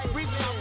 Reason